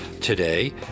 today